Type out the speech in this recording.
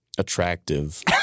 Attractive